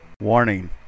Warning